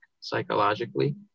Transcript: psychologically